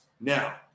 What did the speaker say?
Now